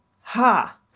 ha